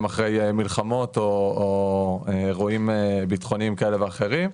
אחרי מלחמות או אירועים ביטחוניים כאלה ואחרים.